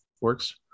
Works